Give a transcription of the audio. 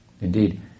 Indeed